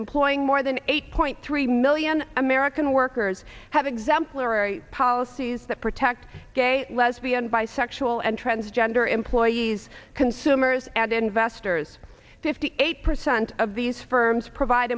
employing more than eight point three million american workers have exemplary policies that protect gay lesbian bisexual and transgender employees consumers and investors fifty eight percent of these firms provide